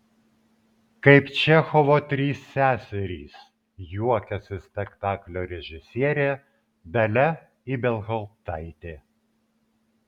kaip čechovo trys seserys juokiasi spektaklio režisierė dalia ibelhauptaitė